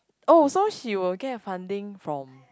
oh so she will get a funding from